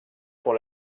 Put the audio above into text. pour